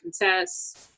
contest